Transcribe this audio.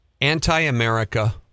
Anti-America